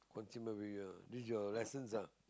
consumer with uh this is your lessons ah